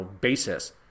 basis